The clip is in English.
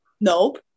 Nope